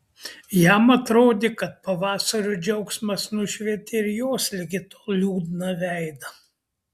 jam atrodė kad pavasario džiaugsmas nušvietė ir jos ligi tol liūdną veidą